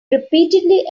repeatedly